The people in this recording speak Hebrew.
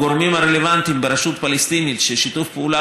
הגורמים הרלוונטיים ברשות הפלסטינית ששיתוף פעולה